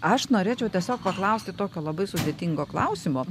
aš norėčiau tiesiog paklausti tokio labai sudėtingo klausimo